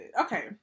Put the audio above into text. Okay